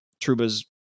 Truba's